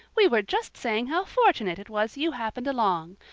we were just saying how fortunate it was you happened along.